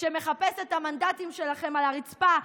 שמחפש את המנדטים שלכם על הרצפה,